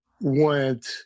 went